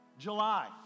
July